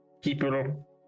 people